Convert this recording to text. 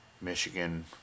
Michigan